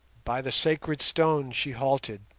by the sacred stone she halted,